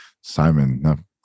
Simon